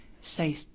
say